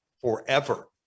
forever